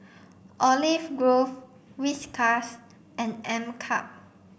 Olive Grove Whiskas and M K U P